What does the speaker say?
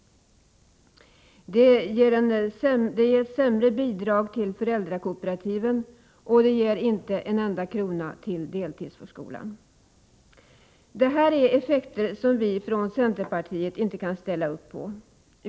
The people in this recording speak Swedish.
Det ger sämre bidrag till föräldrakooperativen, och det ger inte en enda krona till deltidsförskolan. Det här är effekter som vi från centerpartiet inte kan ställa upp på.